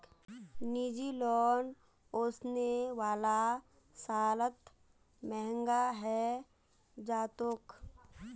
निजी लोन ओसने वाला सालत महंगा हैं जातोक